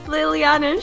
Liliana